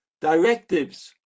directives